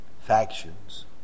factions